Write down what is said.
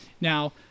Now